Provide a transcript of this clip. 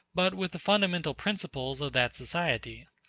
but with the fundamental principles of that society.